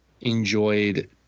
enjoyed